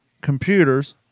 computers